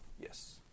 Yes